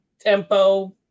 tempo